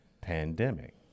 pandemic